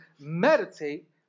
meditate